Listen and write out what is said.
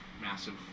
massive